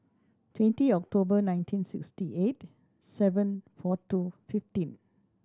twenty October nineteen sixty eight seven four two fifteen